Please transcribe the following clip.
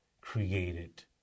created